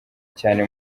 cyane